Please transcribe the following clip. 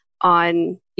on